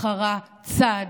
בחרה צד,